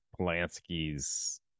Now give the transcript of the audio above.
Polanski's